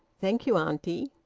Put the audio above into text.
thank you, auntie,